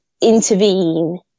intervene